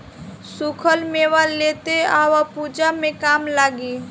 सुखल मेवा लेते आव पूजा में काम लागी